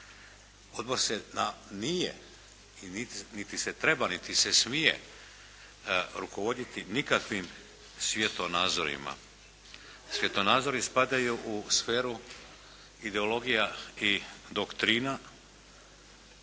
Odbor se nije, niti se treba niti se smije rukovoditi nikakvim svjetonazorima. Svjetonazori spadaju u sferi ideologija i doktrina